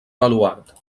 baluard